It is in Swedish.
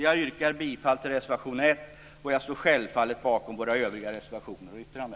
Jag yrkar bifall till reservation 1, och jag står självfallet bakom våra övriga reservationer och vårt yttrande.